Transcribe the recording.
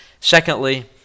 Secondly